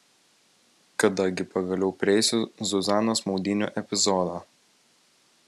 kada gi pagaliau prieisiu zuzanos maudynių epizodą